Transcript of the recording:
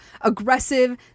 aggressive